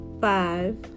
five